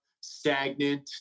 stagnant